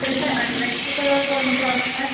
तरी पण attractive colour कोणते असतात